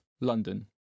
London